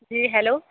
जी hello